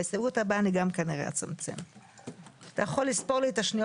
זה מהזמן שלכם, בבקשה, אתם יכולים לשתוק, לנמק,